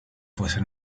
fuese